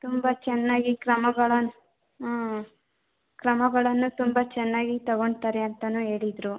ತುಂಬ ಚೆನ್ನಾಗಿ ಕ್ರಮಗಳನ್ನು ಕ್ರಮಗಳನ್ನು ತುಂಬ ಚೆನ್ನಾಗಿ ತಗೋತಾರೆ ಅಂತಲೂ ಹೇಳಿದರು